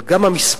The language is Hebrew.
אבל גם המספרים,